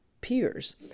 peers